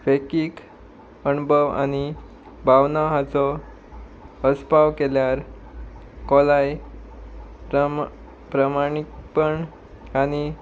वैकीक अणभव आनी भावना हाचो असपाव खोलाय प्रम प्रमाणीपण आनी